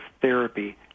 therapy